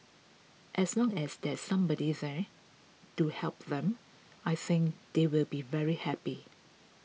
as long as there's somebody there to help them I think they will be very happy